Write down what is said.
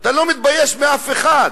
אתה לא מתבייש מאף אחד,